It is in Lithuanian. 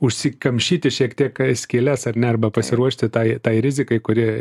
užsikamšyti šiek tiek skyles ar ne arba pasiruošti tai tai rizikai kuri